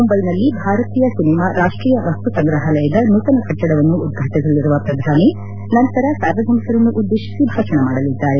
ಮುಂಬೈನಲ್ಲಿ ಭಾರತೀಯ ಸಿನೆಮಾ ರಾಷ್ಷೀಯ ವಸ್ತು ಸಂಗ್ರಹಾಲಯದ ನೂತನ ಕಟ್ಟಡವನ್ನು ಉದ್ಘಾಟಿಸಲಿರುವ ಪ್ರಧಾನಿ ನಂತರ ಸಾರ್ವಜನಿಕರನ್ನು ಉದ್ದೇಶಿಸಿ ಭಾಷಣ ಮಾಡಲಿದ್ದಾರೆ